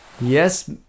Yes